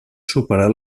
superar